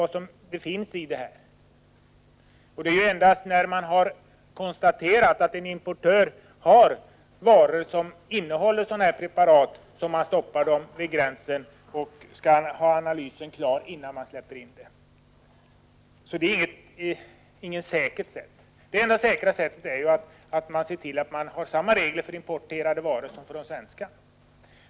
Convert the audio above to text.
Det är ju endast när man har konstaterat att en importör har varor som innehåller preparat av aktuellt slag som man stoppar dem vid gränsen och skall ha analysen klar innan man släpper in dem. Det är alltså inget säkert sätt. Det enda säkra sättet är att se till att man har samma regler för importerade varor som för de svenska.